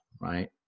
right